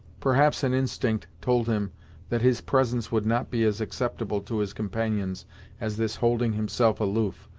perhaps an instinct told him that his presence would not be as acceptable to his companions as this holding himself aloof,